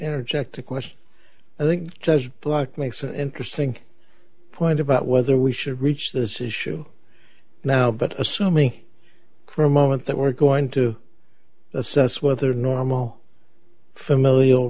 energetic question i think judge black makes an interesting point about whether we should reach this issue now but assuming for a moment that we're going to assess whether normal familial